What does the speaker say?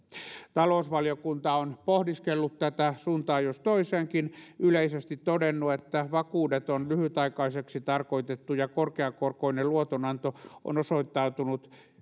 talousvaliokunta on pohdiskellut tätä suuntaan jos toiseenkin yleisesti todennut että vakuudeton lyhytaikaiseksi tarkoitettu ja korkeakorkoinen luotonanto on osoittautunut